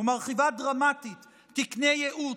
ומרחיבה דרמטית תקני ייעוץ,